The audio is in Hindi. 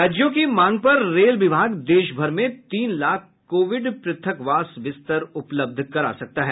राज्यों की मांग पर रेल विभाग देशभर में तीन लाख कोविड पृथकवास बिस्तर उपलब्ध करा सकता है